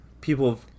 people